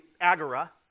agora